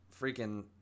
freaking